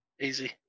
Easy